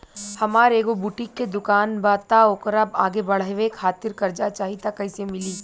हमार एगो बुटीक के दुकानबा त ओकरा आगे बढ़वे खातिर कर्जा चाहि त कइसे मिली?